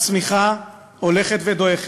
הצמיחה הולכת ודועכת.